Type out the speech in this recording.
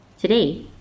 Today